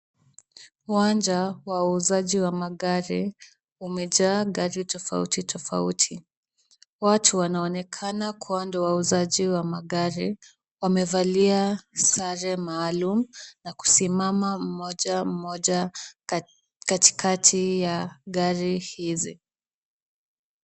Uwanja wa uuzaji wa magari umejaa gari tofauti tofauti. Watu wanaonekana kuwa ndio wauzaji wa magari wamevalia sare maalum na kusimama moja moja katikati ya gari hizi.